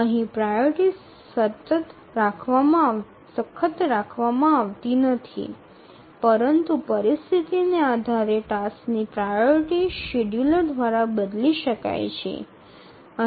અહીં પ્રાયોરિટી સતત રાખવામાં આવતી નથી પરંતુ પરિસ્થિતિને આધારે ટાસ્કની પ્રાયોરિટી શેડ્યૂલર દ્વારા બદલી શકાય છે